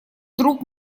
друг